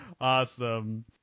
Awesome